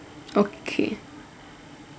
okay